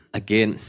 again